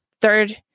Third